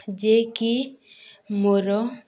ଯିଏ କି ମୋର